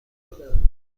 کنم